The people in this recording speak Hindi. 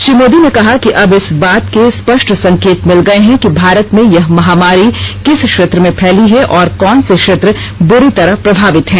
श्री मोदी ने कहा कि अब इस बात के स्पष्ट संकेत मिल गए हैं कि भारत में यह महामारी किस क्षेत्र में फैली है और कौन से क्षेत्र बूरी तरह प्रभावित हैं